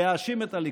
להאשים את הליכוד.